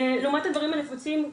לעומת הדברים הנפוצים,